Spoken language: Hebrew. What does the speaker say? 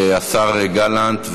השר גלנט,